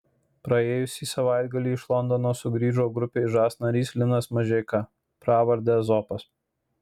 praėjusį savaitgalį iš londono sugrįžo grupės žas narys linas mažeika pravarde ezopas